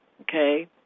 Okay